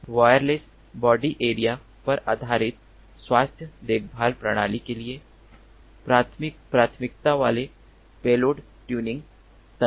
wireless body area पर आधारित स्वास्थ्य देखभाल प्रणाली के लिए प्राथमिकता वाले पेलोड ट्यूनिंग तंत्र